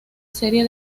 serie